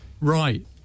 Right